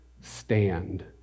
stand